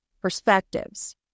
perspectives